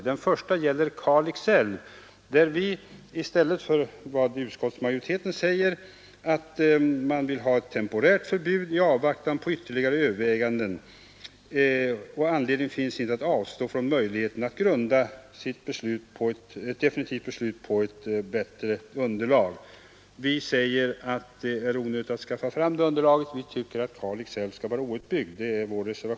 Den första gäller reservationen 13 om Kalix älv. Utskottsmajoriteten vill där ha ett temporärt förbud i avvaktan på ytterligare överväganden för att grunda ett definitivt beslut på ett bättre underlag. Vi säger att det är onödigt att skaffa fram detta underlag och att Kalix älv skall vara outbyggd.